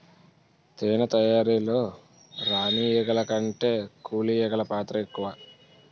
తేనె తయారీలో రాణి ఈగల కంటే కూలి ఈగలు పాత్ర ఎక్కువ